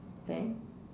okay